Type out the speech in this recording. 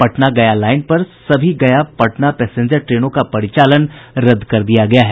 Patna Gaya line पर सभी Gaya Patna passenger ट्रेनों का परिचालन रद्द कर दिया गया है